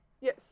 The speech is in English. Yes